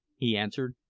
he answered,